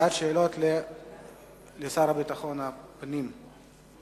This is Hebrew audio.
שאלות לשר לביטחון הפנים.